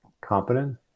competent